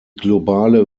globale